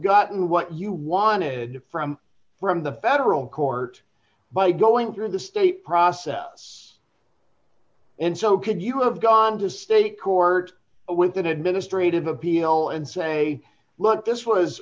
gotten what you wanted from from the federal court by going through the state process and so could you have gone to state court with an administrative appeal and say look this was